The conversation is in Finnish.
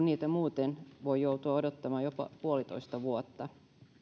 niitä muuten voi joutua odottamaan jopa puolitoista vuotta